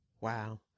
Wow